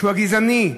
שהוא גזעני,